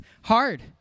hard